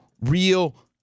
real